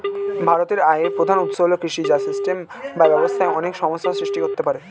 ভারতের আয়ের প্রধান উৎস হল কৃষি, যা সিস্টেমে বা ব্যবস্থায় অনেক সমস্যা সৃষ্টি করতে পারে